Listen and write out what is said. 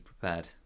prepared